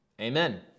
Amen